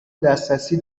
دسترسی